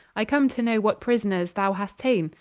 i come to know what prisoners thou hast tane,